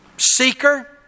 seeker